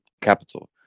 capital